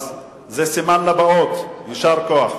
זה סימן לבאות, יישר כוח.